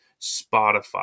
Spotify